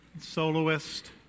soloist